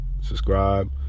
Subscribe